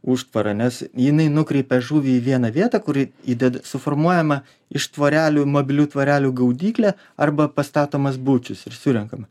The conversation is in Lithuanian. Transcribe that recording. užtvara nes jinai nukreipia žuvį į vieną vietą kuri įded suformuojama iš tvorelių mobilių tvorelių gaudyklė arba pastatomas bučius ir surenkama